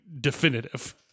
definitive